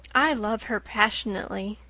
i love her passionately.